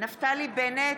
נפתלי בנט,